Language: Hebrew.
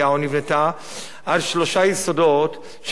על שלושה יסודות שקרסו האחד אחרי השני.